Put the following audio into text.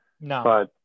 No